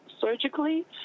surgically